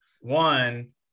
one